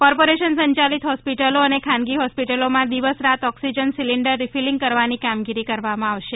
corporation સંયાલીત હોસ્પિટલો અને ખાનગી હોસ્પિટલોમાં દિવસ રાત ઓકિસજન સીલીન્ડર રીફલીંગ કરવાની કામગીરી કરવામાં આવશે